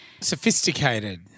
Sophisticated